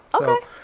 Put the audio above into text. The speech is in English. Okay